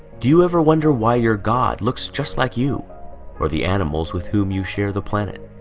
do you ever wonder why your god looks just like you or the animals with whom you share the planet